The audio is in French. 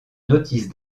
notice